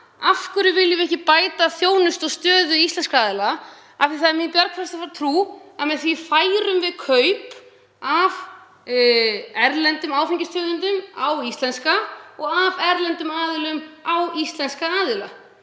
Af hverju viljum við ekki bæta þjónustu og stöðu íslenskra aðila? Það er mín bjargfasta trú að með því færum við kaup á erlendum áfengistegundum yfir í íslenskar, frá erlendum aðilum til íslenskra aðila.